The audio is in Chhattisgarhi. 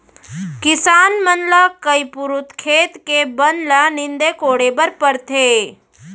किसान मन ल कई पुरूत खेत के बन ल नींदे कोड़े बर परथे